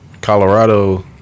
Colorado